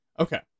Okay